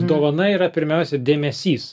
dovana yra pirmiausia dėmesys